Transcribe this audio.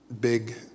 big